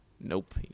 Nope